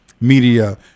media